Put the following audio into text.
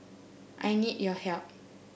I need your help